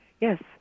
Yes